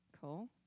Cool